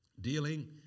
dealing